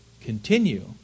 continue